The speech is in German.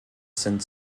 sind